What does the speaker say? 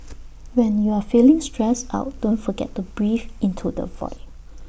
when you are feeling stressed out don't forget to breathe into the void